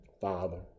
father